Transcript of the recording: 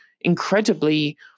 incredibly